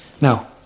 Now